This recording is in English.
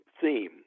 theme